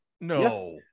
No